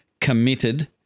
committed